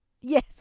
Yes